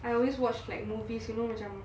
I always watch like movies you know macam